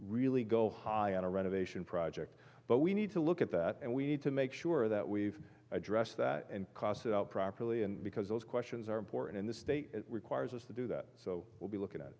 really go high on a renovation project but we need to look at that and we need to make sure that we've addressed that and cross it out properly and because those questions are important in this day requires us to do that so we'll be looking